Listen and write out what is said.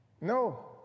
No